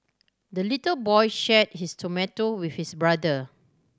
the little boy shared his tomato with his brother